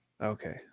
Okay